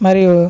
మరియు